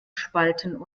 spalten